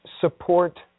support